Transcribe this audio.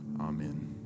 Amen